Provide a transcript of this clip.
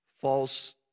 false